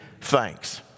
thanks